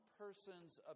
person's